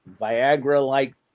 Viagra-like